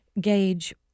gauge